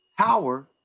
power